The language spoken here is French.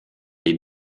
les